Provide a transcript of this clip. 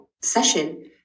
session